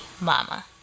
Mama